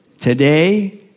Today